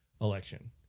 election